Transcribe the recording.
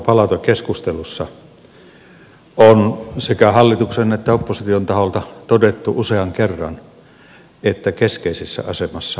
tässä tiedonantopalautekeskustelussa on sekä hallituksen että opposition taholta todettu usean kerran että keskeisessä asemassa on palveluiden turvaaminen